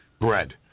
bread